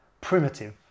primitive